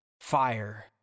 Fire